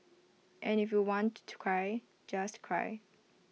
and if you want to cry just cry